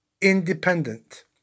independent